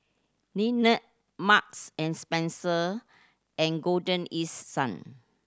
Lindt Marks and Spencer and Golden East Sun